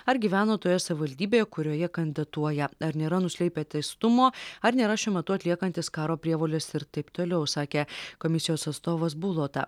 ar gyveno toje savivaldybėje kurioje kandidatuoja ar nėra nuslėpę teistumo ar nėra šiuo metu atliekantys karo prievolės ir taip toliau sakė komisijos atstovas bulota